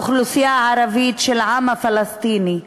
האוכלוסייה הערבית, של העם הפלסטיני,